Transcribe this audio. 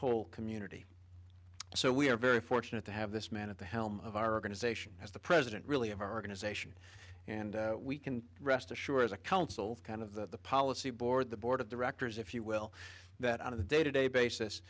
whole community so we're very fortunate to have this man at the helm of our organization as the president really of our organization and we can rest assured as a council kind of that the policy board the board of directors if you will that on a day to day basis